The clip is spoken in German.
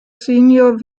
senior